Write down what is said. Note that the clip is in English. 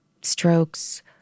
strokes